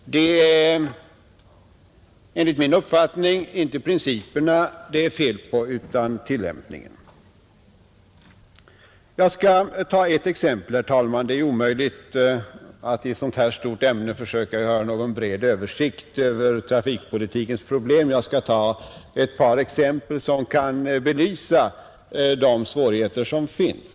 Det är enligt min uppfattning inte principerna det är fel på utan tillämpningen. Det är omöjligt att i ett så här stort ämne försöka göra någon bred översikt över trafikpolitikens problem. Jag skall därför ta ett par exempel som kan belysa de svårigheter som finns.